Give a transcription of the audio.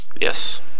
yes